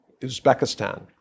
Uzbekistan